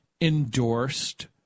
endorsed